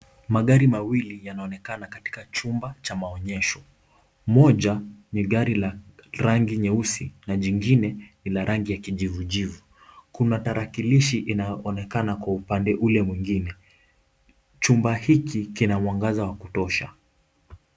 Magari mawili yanaonekana katika chumba cha maonyesho. Moja ni gari la rangi jeusi na jingine ni la rangi ya kijivujivu. Kuna tarakilishi unaooonekana kwa upande ule mwingine. Chumba hiki kina mwangaza wa kutosha.